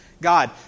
God